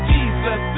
Jesus